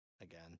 again